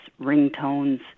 Ringtones